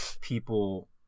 people